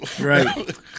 Right